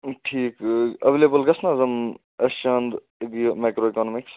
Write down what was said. ٹھیٖک ایویلیبٕل گژھِ نا حظ یِم اَسہِ أسۍ اِکانمِکس